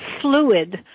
fluid